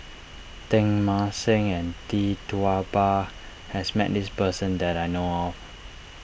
Teng Mah Seng and Tee Tua Ba has met this person that I know of